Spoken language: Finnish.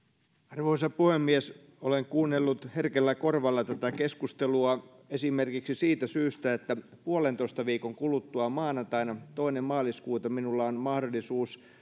arvoisa puhemies olen kuunnellut herkällä korvalla tätä keskustelua esimerkiksi siitä syystä että puolentoista viikon kuluttua maanantaina toinen maaliskuuta minulla on mahdollisuus